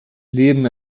leben